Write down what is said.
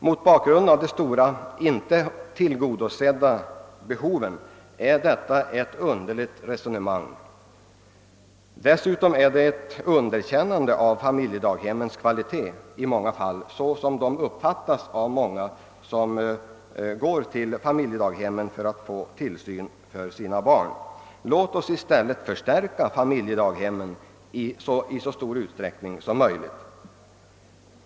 Mot bakgrunden av de stora icke tillgodosedda behoven är detta ett underligt resonemang. Dessutom är det ett underkännande av familjedaghemmens kvalitet i förhållande till den uppfattning om dessa, som hyses av många av dem som nu anlitar familjedaghemmen för att få tillsyn av sina barn, Låt oss i stället förstärka familjedaghemmen i så stor utsträckning som möjligt!